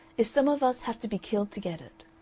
if some of us have to be killed to get it.